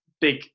Big